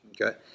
okay